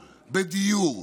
בדיור,